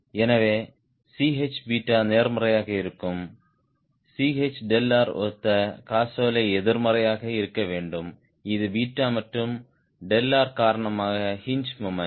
எனவே Ch நேர்மறையாக இருக்கும் Chr ஒத்த காசோலை எதிர்மறையாக இருக்க வேண்டும் இது 𝛽 மற்றும் காரணமாக ஹின்ஜ் மொமெண்ட்